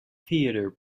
theatre